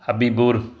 ꯍꯥꯕꯤꯕꯨꯔ